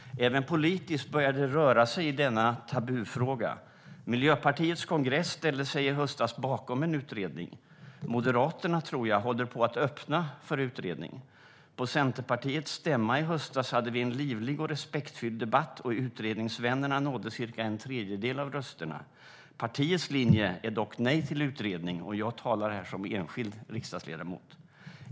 Även politiskt börjar det röra sig i denna tabufråga. Miljöpartiets kongress ställde sig i höstas bakom en utredning. Moderaterna tror jag håller på att öppna för utredning. På Centerpartiets stämma i höstas hade vi en livlig och respektfylld debatt, och utredningsvännerna nådde cirka en tredjedel av rösterna. Partiets linje är dock nej till utredning, och jag talar här som enskild riksdagsledamot.